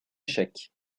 échec